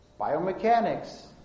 biomechanics